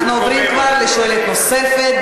אנחנו עוברים כבר לשואלת נוספת.